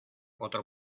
otro